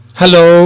Hello